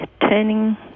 turning